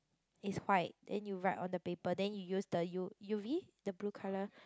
is white then you write on the paper then you use the U U_V the blue colour